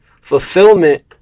Fulfillment